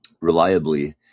reliably